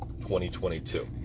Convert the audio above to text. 2022